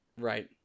Right